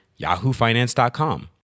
yahoofinance.com